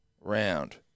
round